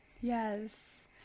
Yes